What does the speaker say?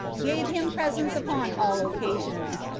gave him presents upon all occasions,